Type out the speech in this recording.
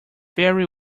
very